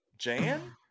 Jan